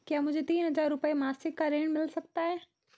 क्या मुझे तीन हज़ार रूपये मासिक का ऋण मिल सकता है?